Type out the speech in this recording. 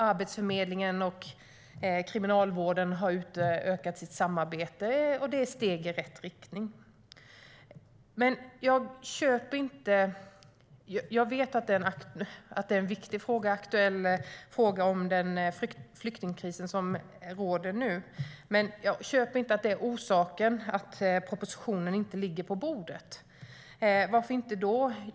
Arbetsförmedlingen och Kriminalvården har utökat sitt samarbete. Detta är steg i rätt riktning. Jag vet att den flyktingkris som råder nu är en viktig och aktuell fråga, men jag köper inte att det är orsaken till att propositionen inte ligger på bordet. Varför inte?